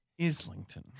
Islington